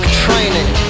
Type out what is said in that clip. training